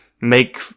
make